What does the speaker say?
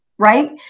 Right